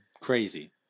Crazy